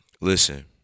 Listen